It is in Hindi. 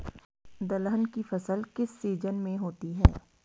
दलहन की फसल किस सीजन में होती है?